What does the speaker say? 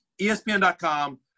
ESPN.com